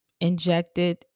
injected